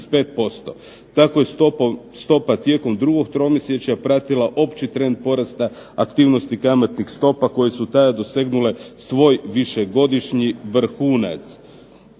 Tako je stopa tijekom drugom tromjesečja pratila opći trend porasta aktivnosti kamatnih stopa koje su tada dosegnule svoj višegodišnji vrhunac.